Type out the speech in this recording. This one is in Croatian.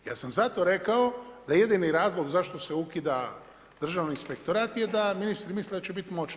Ja sam zato rekao da je jedini razlog zašto se ukida Državni inspektorat je da ministri misle da će biti moćni.